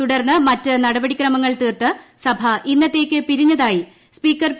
തുടർന്ന് മറ്റ് നടപടിക്രമങ്ങൾ തീർത്ത് സഭ ഇന്നത്തേക്ക് പിരിഞ്ഞതായി സ്പീക്കർ പി